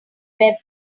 web